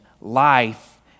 life